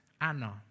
Anna